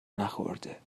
نخورده